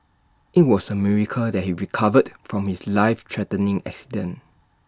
IT was A miracle that he recovered from his life threatening accident